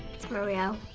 it's mario.